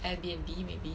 air b n b maybe